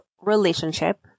relationship